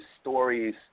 stories